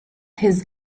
his